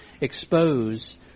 expose